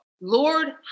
Lord